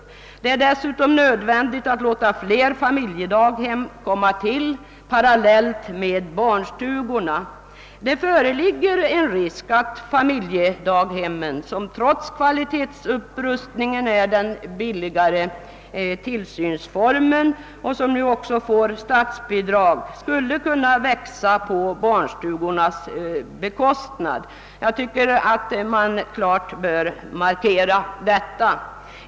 Likaså är det nödvändigt att inrätta fler familjedaghem parallellt med barnstugorna. Risk föreligger för att familjedaghemmen trots den kvalitativa upprustningen blir den billigaste tillsynsformen — som man också får statsbidrag till — och att den därför växer på barnstugornas bekostnad. Jag anser att den saken bör klart markeras.